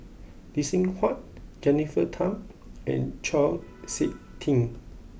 Lee Seng Huat Jennifer Tham and Chau Sik Ting